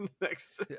next